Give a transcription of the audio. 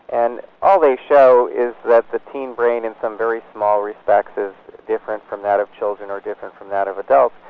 and all they show is that the teen brain in some very small respects is different from that of children or different from that of adults.